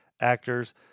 actors